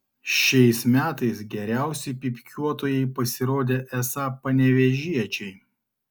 šiais metais geriausi pypkiuotojai pasirodė esą panevėžiečiai